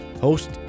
Host